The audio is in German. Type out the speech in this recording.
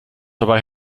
dabei